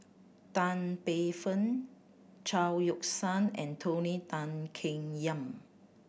Tan Paey Fern Chao Yoke San and Tony Tan Keng Yam